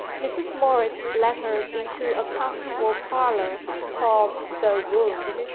mrs. morris led her into a comfortable parlour called the room.